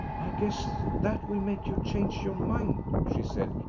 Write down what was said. i guess that will make you change your mind, she said,